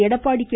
Edappadi K